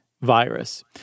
virus